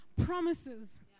promises